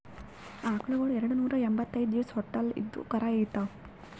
ಆಕಳಗೊಳ್ ಎರಡನೂರಾ ಎಂಭತ್ತೈದ್ ದಿವಸ್ ಹೊಟ್ಟಲ್ ಇದ್ದು ಕರಾ ಈತಾವ್